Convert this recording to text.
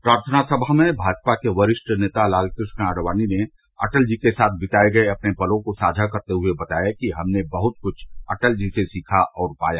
प्रार्थना समा में भाजपा के वरिष्ठ नेता लालकृष्ण आडवाणी ने अटल जी के साथ बिताये अपने पलों को साझा करते हुए बताया कि हमने बहत कुछ अटल जी से सीखा और पाया